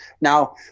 Now